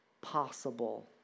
possible